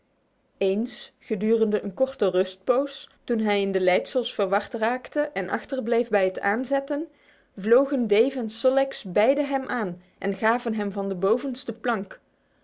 eens gedurende een korte rustpoos toen hij in de leidsels verward raakte en achterbleef bij het aanzetten vlogen dave en sol leks beide hem aan en gaven hem van de bovenste plank